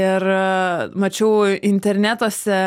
ir mačiau internetuose